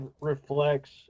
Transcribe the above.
reflects